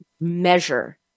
measure